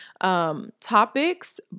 Topics